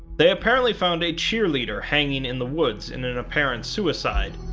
they apparently found a cheerleader hanging in the woods in an apparent suicide,